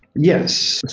yes.